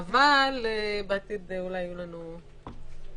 אבל בעתיד אולי יהיו לנו יותר.